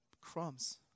crumbs